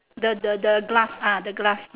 the the the glass ah the glass